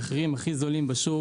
במחירים הכי זולים בשוק.